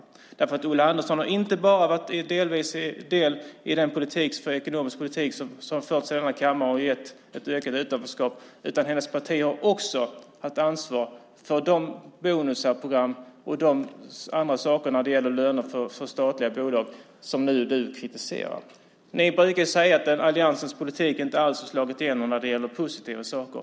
Det är ju inte bara så att Ulla Andersson har varit en del i den ekonomiska politik som förts i denna kammare och som gett ett ökat utanförskap, utan det är också så att hennes parti haft ett ansvar för de bonusprogram och andra saker när det gäller löner i statliga bolag som Ulla Andersson nu kritiserar. Ni brukar säga att alliansens politik inte alls har slagit igenom när det gäller positiva saker.